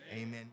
Amen